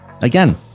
Again